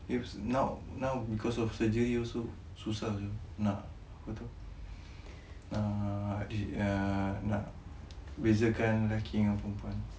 now now because of surgery also susah nak apa tu nak err nak bezakan lelaki ngan perempuan you can lacking of open you know you know